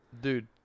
Dude